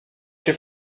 się